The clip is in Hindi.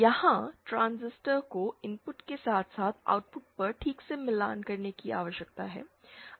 यहां ट्रांजिस्टर को इनपुट के साथ साथ आउटपुट पर ठीक से मिलान करने की आवश्यकता है